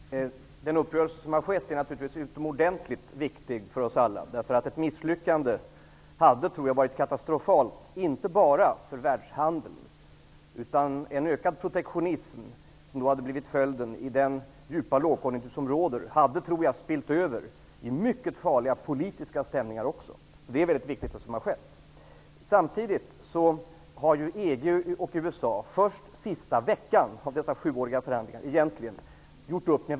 Fru talman! Den uppgörelse som har skett är naturligtvis utomordentligt viktig för oss alla. Jag tror att ett misslyckande skulle ha varit katastrofalt, inte bara för världshandeln. Den ökade protektionism som hade blivit följden i den djupa lågkonjuktur som råder hade nog ''spillt'' över i mycket farliga politiska stämningar. Det som har skett är mycket viktigt. Samtidigt har EG och USA egentligen först under den sista veckan av de sjuåriga förhandlingarna gjort upp.